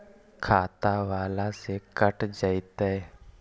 खाता बाला से कट जयतैय?